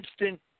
instant